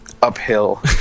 uphill